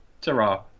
Ta-ra